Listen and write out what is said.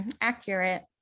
Accurate